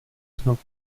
znovu